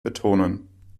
betonen